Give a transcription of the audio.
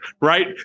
right